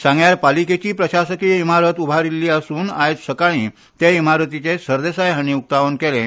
सांग्यार पालिकेची प्रशासकीय इमारत उबारिल्ली आसून आयज सकाळीं ते इमारतीचें सरदेसाय हांणी उकतावण केलें